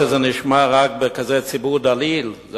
תודה רבה, אדוני השר.